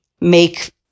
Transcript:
make